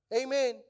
Amen